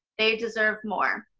they deserve more.